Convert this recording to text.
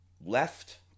left